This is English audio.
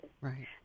Right